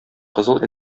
кызыл